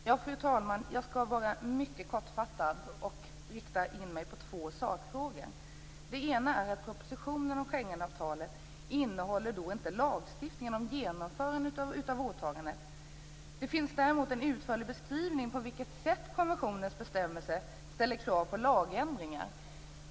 Fru talman! Jag skall vara mycket kortfattad och rikta in mig på två sakfrågor. Den ena är att propositionen om Schengenavtalet inte innehåller lagstiftningen om genomförandet av åtagandet. Det finns däremot en utförlig beskrivning när det gäller på vilket sätt konventionens bestämmelser ställer krav på lagändringar.